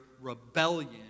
rebellion